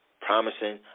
Promising